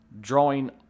drawing